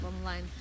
online